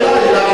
השאלה היא,